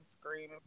screaming